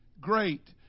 Great